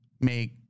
make